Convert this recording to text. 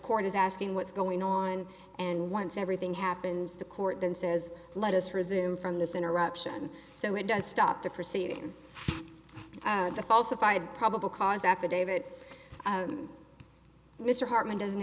court is asking what's going on and once everything happens the court then says let us resume from this interruption so it does stop the proceeding the falsified probable cause affidavit mr hartman doesn't